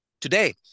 Today